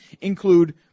include